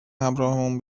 همراهمون